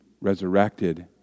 resurrected